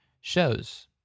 shows